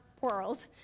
world